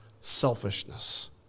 selfishness